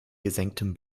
gesenktem